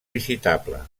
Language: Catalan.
visitable